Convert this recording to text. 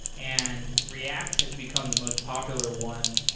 and react has become the most popular one.